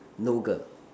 no girl